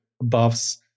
buffs